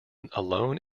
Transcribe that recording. alone